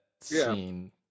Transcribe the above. scene